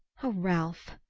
oh, ralph!